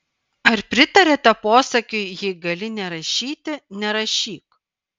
ar pritariate posakiui jei gali nerašyti nerašyk